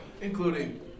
including